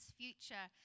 future